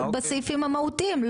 בסעיפים המהותיים,